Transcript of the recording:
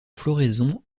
floraison